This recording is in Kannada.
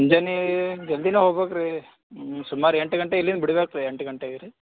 ಮುಂಜಾನೆ ಜಲ್ದಿನೇ ಹೋಗ್ಬೇಕ್ ರೀ ಸುಮಾರು ಎಂಟು ಗಂಟೆ ಇಲ್ಲಿಂದ್ ಬಿಡ್ಬೇಕು ರೀ ಎಂಟು ಗಂಟೆಗೆ ರೀ